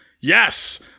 yes